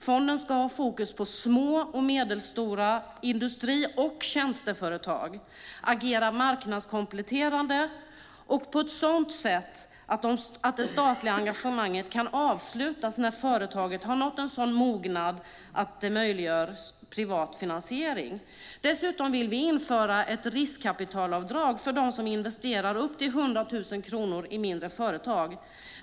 Fonden ska ha fokus på små och medelstora industri och tjänsteföretag, agera marknadskompletterande och på ett sådant sätt att det statliga engagemanget kan avslutas när företaget nått en mognad som möjliggör privat finansiering. Dessutom vill vi införa ett riskkapitalavdrag för dem som investerar upp till 100 000 kronor i mindre företag.